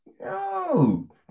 No